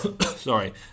Sorry